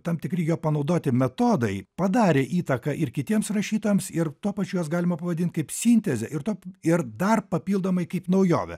tam tikri jo panaudoti metodai padarė įtaką ir kitiems rašytojams ir tuo pačiu juos galima pavadint kaip sinteze ir top ir dar papildomai kaip naujovę